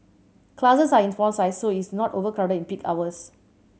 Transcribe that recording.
classes are in small size so it is not overcrowded in peak hours